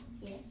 Yes